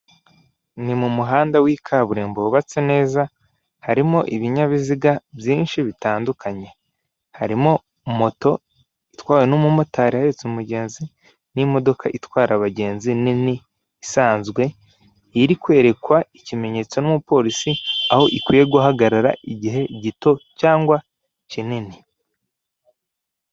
Ni mu muhanda w'ikaburembo wubatse neza, harimo ibinyabiziga byinshi bitandukanye. Harimo moto itwawe n'umumotari ahetse umugenzi, n'imodoka itwara abagenzi, nini, isanzwe, iri kwerekwa ikimenyetso n'umupolisi, aho ikwiye guhagarara igihe gito cyangwa kinini.